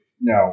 No